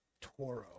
toro